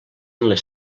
les